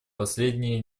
последние